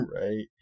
Right